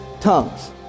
tongues